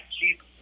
keep